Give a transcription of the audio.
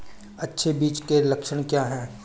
अच्छे बीज के लक्षण क्या हैं?